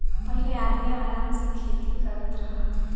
पहिले आदमी आराम से खेती करत रहल